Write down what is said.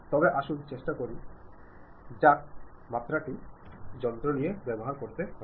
তবে আসুন চেষ্টা করে দেখা যাক মাত্রাটি যত্ন নেয় কিনা